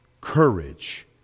courage